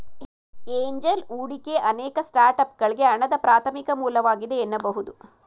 angel ಹೂಡಿಕೆ ಅನೇಕ ಸ್ಟಾರ್ಟ್ಅಪ್ಗಳ್ಗೆ ಹಣದ ಪ್ರಾಥಮಿಕ ಮೂಲವಾಗಿದೆ ಎನ್ನಬಹುದು